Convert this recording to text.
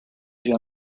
those